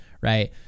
Right